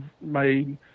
made